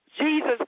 Jesus